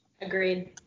agreed